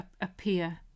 appear